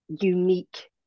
unique